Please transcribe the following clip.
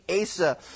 Asa